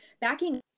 backing